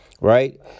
Right